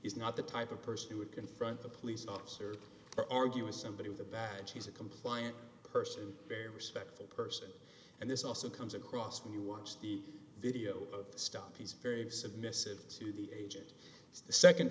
is not the type of person who would confront the police officer or argue with somebody with a badge he's a compliant person very respectful person and this also comes across when you watch the video of the stop he's very submissive to the age it is the second